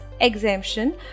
exemption